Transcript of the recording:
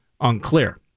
unclear